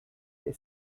they